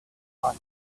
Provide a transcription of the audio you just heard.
war